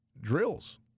drills